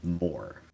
more